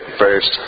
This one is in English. first